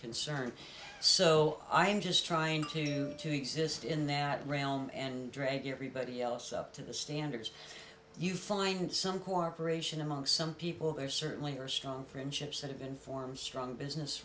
concerned so i'm just trying to to exist in that realm and drag everybody else up to the standards you find some cooperation among some people there certainly are strong friendships that have been formed strong business